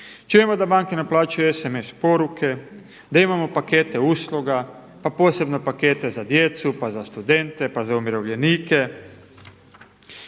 Čujemo da banke naplaćuju sms poruke, da imamo pakete usluga, pa posebno pakete za djecu, pa za studente, pa za umirovljenike.